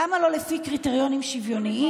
למה לא לפי קריטריונים שוויוניים?